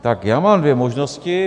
Tak já mám dvě možnosti.